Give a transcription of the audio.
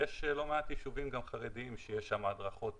יש לא מעט ישובים חרדים שגם שם הדרכות